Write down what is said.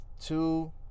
two